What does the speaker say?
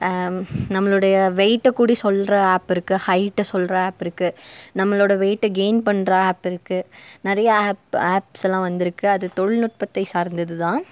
நம்மளுடைய வெயிட்டை கூட சொல்கிற ஆப் இருக்குது ஹைட்டை சொல்கிற ஆப் இருக்குது நம்மளோடய வெயிட்டை கெயின் பண்ணுற ஆப் இருக்குது நிறையா ஆப் ஆப்ஸ் எல்லாம் வந்திருக்கு அது தொழில்நுட்பத்தை சார்ந்தது தான்